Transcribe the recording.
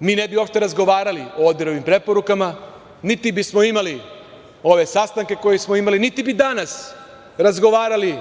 ne bi razgovarali o ODIHR preporukama, niti bismo imali ove sastanke koje smo imali, niti bi danas razgovarali